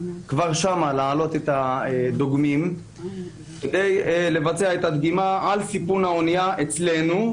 כבר שם להעלות את הדוגמים כדי לבצע את הדגימה על סיפון האנייה אצלנו.